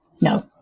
No